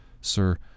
Sir